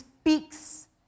speaks